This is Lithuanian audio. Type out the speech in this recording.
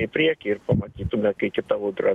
į priekį ir pamatytume kai kita audra